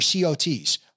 COTs